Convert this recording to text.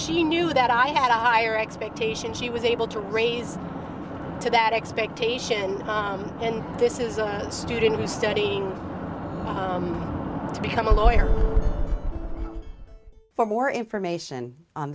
she knew that i had a higher expectation she was able to raise to that expectation and this is a student who study to become a lawyer for more information on